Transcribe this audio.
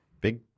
Big